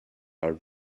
our